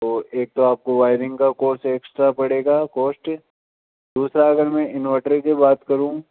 तो एक तो आपको वायरिंग का कोस्ट एक्स्ट्रा पड़ेगा कोस्ट दूसरा अगर मैं इन्वर्टर की बात करूँ